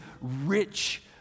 rich